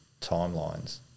timelines